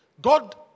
God